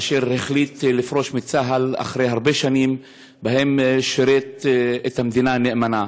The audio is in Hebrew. אשר החליט לפרוש מצה"ל אחרי הרבה שנים שבהן שירת את המדינה נאמנה.